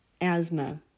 asthma